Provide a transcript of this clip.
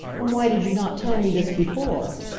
and why did you not tell me this before?